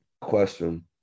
Question